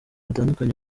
batandukanye